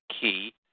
key